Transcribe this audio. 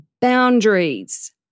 Boundaries